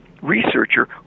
researcher